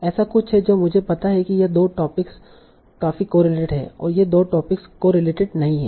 ऐसा कुछ है जो मुझे पता है कि ये 2 टोपिक काफी कोरिलेटेड हैं और ये 2 टोपिक कोरिलेटेड नहीं हैं